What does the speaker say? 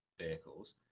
vehicles